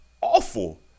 awful